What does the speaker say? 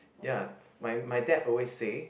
ya my my dad always say